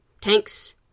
tanks